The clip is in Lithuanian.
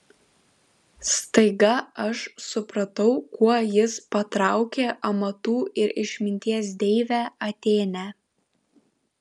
staiga aš supratau kuo jis patraukė amatų ir išminties deivę atėnę